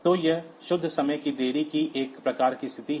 तो यह शुद्ध समय की देरी की एक प्रकार की स्थिति है